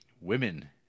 Women